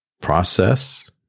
process